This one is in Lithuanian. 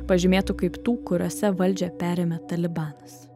pažymėtų kaip tų kuriose valdžią perėmė talibanas